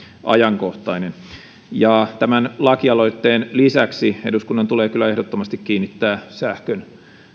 ajankohtainen tämän lakialoitteen lisäksi eduskunnan tulee kyllä ehdottomasti kiinnittää sähkön